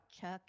Chuck